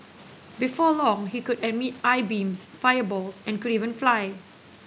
before long he could emit eye beams fireballs and could even fly